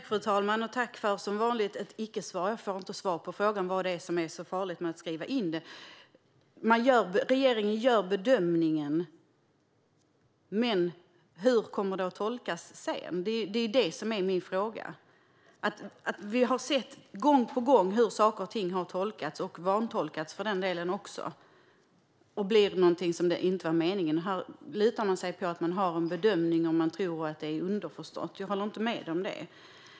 Fru talman! Tack för ett, som vanligt, icke-svar! Det var inte svar på frågan om vad det är som är så farligt med att skriva in detta. Regeringen gör bedömningen, men hur kommer det sedan att tolkas? Det är det som är min fråga. Vi har sett gång på gång hur saker och ting har tolkats och vantolkats, för den delen, och blir någonting som inte var meningen. Här lutar man sig mot att man har en bedömning och att man tror att det är underförstått. Jag håller inte med om det.